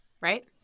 right